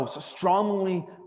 strongly